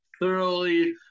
Thoroughly